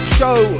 show